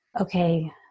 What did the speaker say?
okay